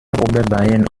oberbayern